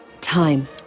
Time